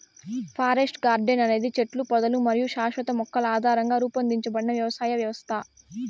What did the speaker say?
forest garden అనేది చెట్లు, పొదలు మరియు శాశ్వత మొక్కల ఆధారంగా రూపొందించబడిన వ్యవసాయ వ్యవస్థ